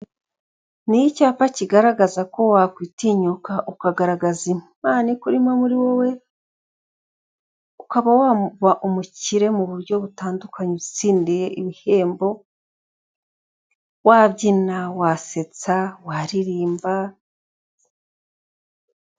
Ni icyapa kigaragaza ko wakwitinyuka ukagaragaza impano ikurimo muri wowe, ukaba waba umukire mu buryo butandukanye utsindiye ibihembo wabyina, wasetsa, waririmba.